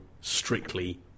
strictly